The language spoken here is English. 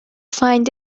find